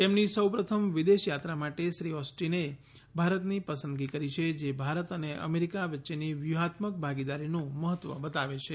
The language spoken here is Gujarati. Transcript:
તેમની સૌપ્રથમ વિદેશ યાત્રા માટે શ્રી ઓસ્ટીને ભારતની પસંદગી કરી છે જે ભારત અને અમેરિકા વચ્ચેની વ્યૂહાત્મક ભાગીદારીનું મહત્વ બતાવે છે